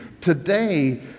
Today